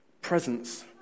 presence